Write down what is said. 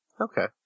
Okay